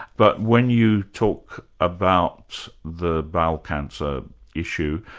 but when you talk about the bowel cancer issue,